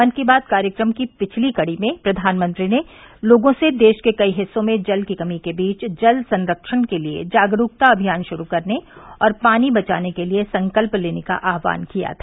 मन की बात कार्यक्रम की पिछली कड़ी में प्रधानमंत्री ने लोगों से देश के कई हिस्सों में जल की कमी के बीच जल संरक्षण के लिये जागरूकता अभियान शुरू करने और पानी बचाने के लिये संकल्प लेने का आहवान किया था